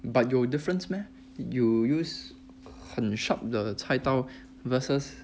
but 有 difference meh you use 很 sharp 的菜刀 versus